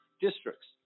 districts